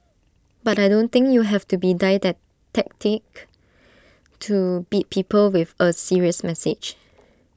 but I don't think you have to be to beat people with A serious message